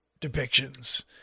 depictions